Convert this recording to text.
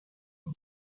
und